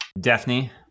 Daphne